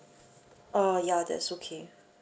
uh ya that's okay